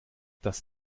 das